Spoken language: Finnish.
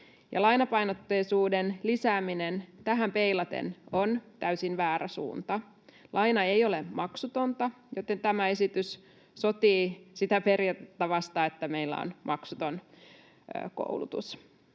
Lainapainotteisuuden lisääminen tähän peilaten on täysin väärä suunta. Laina ei ole maksutonta, joten tämä esitys sotii sitä periaatetta vastaan, että meillä on maksuton koulutus.